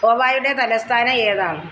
ഗോവായുടെ തലസ്ഥാനം ഏതാണ്